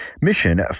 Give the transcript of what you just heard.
mission